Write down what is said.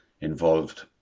involved